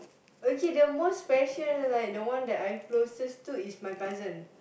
okay the most special like the one that I'm closest to is my cousin